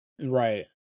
Right